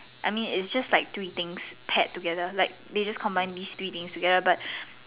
I mean it's just like three thing paired together they just combine these three things together but